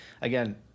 again